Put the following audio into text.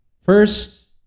First